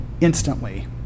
instantly